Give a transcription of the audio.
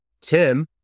Tim